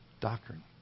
doctrine